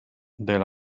del